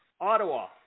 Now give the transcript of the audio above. Ottawa